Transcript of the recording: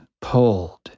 pulled